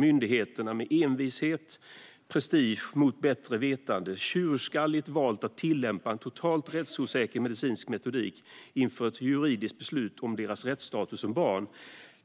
Myndigheterna har dock med envishet och prestige, mot bättre vetenskapligt vetande, tjurskalligt valt att tillämpa en totalt rättsosäker medicinsk metodik inför ett juridiskt beslut om deras rättstatus som barn.